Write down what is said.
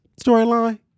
storyline